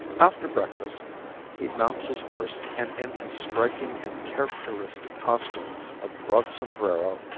after breakfast he mounts his horse and in his striking and characteristic costume of broad sombrero,